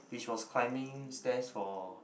which was climbing stairs for